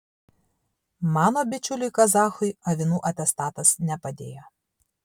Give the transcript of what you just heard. mano bičiuliui kazachui avinų atestatas nepadėjo